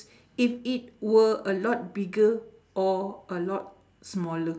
if it were a lot bigger or a lot smaller